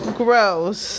gross